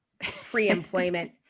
pre-employment